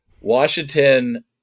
Washington